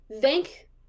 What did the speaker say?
thank